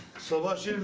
so much